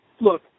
Look